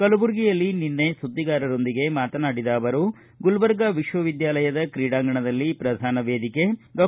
ಕಲಬುರಗಿಯಲ್ಲಿ ನಿನ್ನೆ ಸುದ್ದಿಗಾರರೊಂದಿಗೆ ಮಾತನಾಡಿದ ಅವರು ಗುಲಬರ್ಗಾ ವಿಶ್ವವಿದ್ಗಾಲಯದ ಕ್ರೀಡಾಂಗಣದಲ್ಲಿ ಶ್ರಧಾನ ವೇದಿಕೆ ಡಾ